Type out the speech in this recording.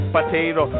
Potato